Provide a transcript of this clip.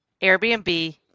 Airbnb